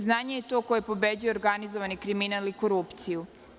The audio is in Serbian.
Znanje je to koje pobeđuje organizovani kriminal i korupciju.